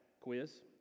quiz